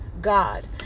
God